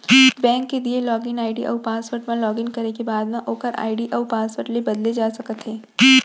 bank के दिए login ID अउ पासवर्ड म लॉगिन करे के बाद म ओकर आईडी अउ पासवर्ड ल बदले जा सकते हे